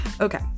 Okay